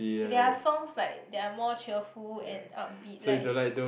their songs like they are more cheerful and upbeat like